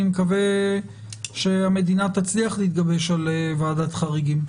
אני מקווה שהמדינה תצליח להתגבש על ועדת חריגים.